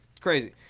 crazy